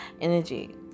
energy